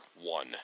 One